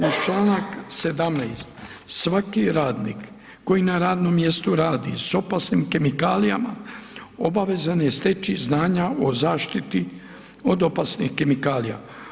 Uz čl. 17. svaki radnik koji na radnom mjestu radi s opasnim kemikalijama obavezan je steći znanja o zaštiti od opasnih kemikalija.